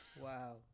Wow